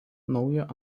naujo